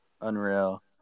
Unreal